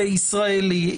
ישראלי.